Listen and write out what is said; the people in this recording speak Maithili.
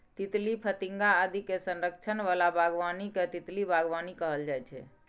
तितली, फतिंगा आदि के संरक्षण बला बागबानी कें तितली बागबानी कहल जाइ छै